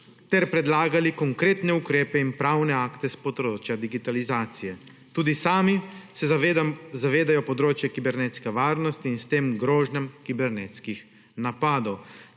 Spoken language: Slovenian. ter predlagali konkretne ukrepe in pravne akte, s področja digitalizacije. Tudi sami se zavedajo področja kibernetske varnosti in s tem grožnjam kibernetskih napadov.